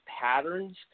patterns